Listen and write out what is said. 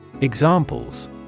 Examples